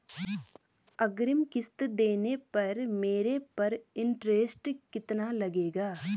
अग्रिम किश्त देने पर मेरे पर इंट्रेस्ट कितना लगेगा?